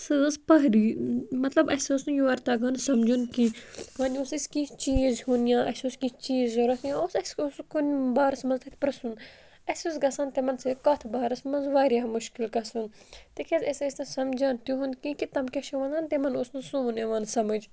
سۄ ٲس پہری مطلب اَسہِ ٲس نہٕ یورٕ تَگان سَمجھُن کیٚنٛہہ وۄنۍ اوس اَسہِ کینٛہہ چیٖز ہیوٚن یا اَسہِ اوس کینٛہہ چیٖز ضوٚرَتھ یا اوس اَسہِ اوس کُنہِ بارَس منٛز تَتہِ پِرٛژھُن اَسہِ اوس گژھان تِمَن سۭتۍ کَتھ بارَس منٛز واریاہ مُشکِل گَژھُن تِکیٛازِ أسۍ ٲسۍ نہٕ سَمجان تِہُنٛد کینٛہہ کہِ تِم کیٛاہ چھِ وَنان تِمَن اوس نہٕ سون یِوان سَمٕجھ